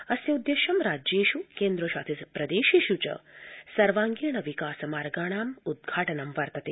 अस्योद्देश्यं राज्येष् केन्द्रशासितप्रदेशेष् च सर्वांगीण विकास मार्गाणाम् उद्घाटनम् वर्तते